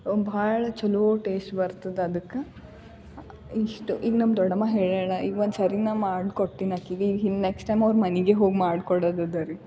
ಭಾಳ ಚೊಲೋ ಟೇಸ್ಟ್ ಬರ್ತದೆ ಅದಕ್ಕೆ ಇಷ್ಟು ಈಗ ನಮ್ಮ ದೊಡ್ಡಮ್ಮ ಹೇಳ್ಯಾಳೆ ಇವತ್ತು ಸರಿನಾ ಮಾಡ್ಕೊಡ್ತೀನಿ ಆಕಿಗೆ ಇನ್ ನೆಕ್ಸ್ಟ್ ಟೈಮ್ ಅವ್ರ ಮನೆಗೆ ಹೋಗಿ ಮಾಡಿಕೊಡೋದದ ರೀ